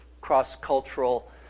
cross-cultural